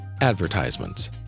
advertisements